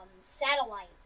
satellite